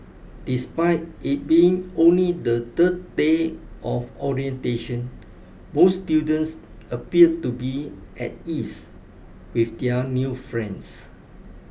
despite it being only the third day of orientation most students appeared to be at ease with their new friends